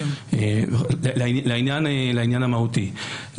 לעניין המהותי,